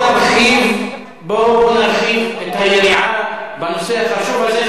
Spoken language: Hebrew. בואו נרחיב את היריעה בנושא החשוב הזה.